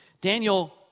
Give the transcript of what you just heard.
Daniel